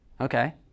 Okay